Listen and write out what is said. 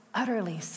utterly